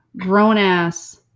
grown-ass